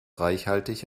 reichhaltig